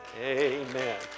Amen